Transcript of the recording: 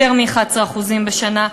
יותר מ-11% בשנה,